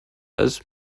als